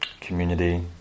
Community